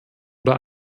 oder